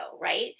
right